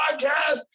podcast